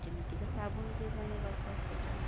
କେମିତିକା ସାବୁନ୍ କେଜାଣି ବାପା ସେଇଟା